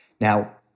Now